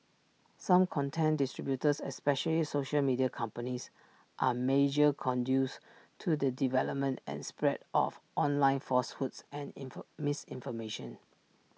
such content distributors especially social media companies are major conduits to the development and spread of online falsehoods and misinformation